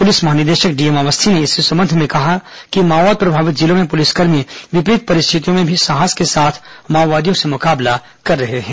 police महानिदेशक DM Awasthi ने इस संबंध में कहा कि माओवाद प्रभावित जिलों में पुलिसकर्मी विपरीत परिस्थितियों में भी साहस के साथ माओवादियों से मुकाबला कर रहे हैं